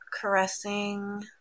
Caressing